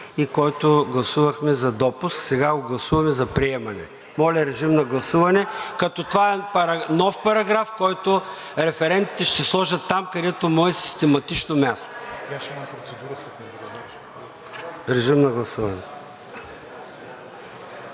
и който гласувахме за допуск, сега го гласуваме за приемане. Моля, режим за гласуване, като това е нов параграф, който референтите ще сложат там, където му е систематичното място. Гласували